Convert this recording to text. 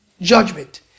judgment